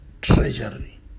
treasury